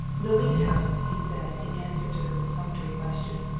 the leete house, he said in answer to her perfunctory question.